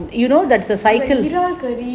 eral curry